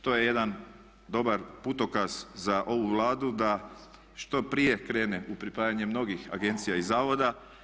To je jedan dobar putokaz za ovu Vladu da što prije krene u pripajanje mnogih agencija i zavoda.